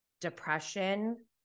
depression